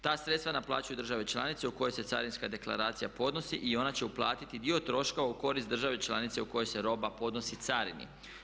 Ta sredstva naplaćuju države članice u kojoj se carinska deklaracija podnosi i ona će uplatiti dio troškova u korist države članice u kojoj se roba podnosi carini.